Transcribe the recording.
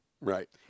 Right